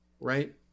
Right